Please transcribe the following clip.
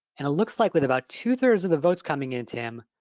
and it looks like with about two three of the votes coming in, tim,